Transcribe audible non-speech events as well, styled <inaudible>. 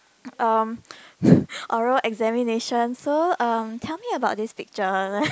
um <breath> oral examination so um tell me about this picture <laughs>